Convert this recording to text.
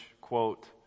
quote